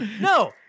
no